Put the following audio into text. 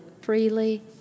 freely